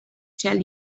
tell